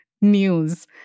news